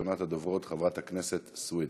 ראשונת הדוברות, חברת הכנסת סויד.